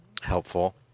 helpful